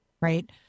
Right